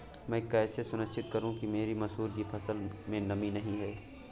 मैं कैसे सुनिश्चित करूँ कि मेरी मसूर की फसल में नमी नहीं है?